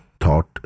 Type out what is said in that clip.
Thought